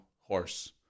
horse